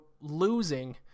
losing